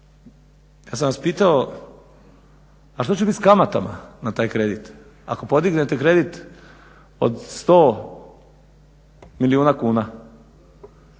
ja sam vas pitao a što će biti s kamatama na taj kredit ako podignete kredit od 100 milijuna kuna,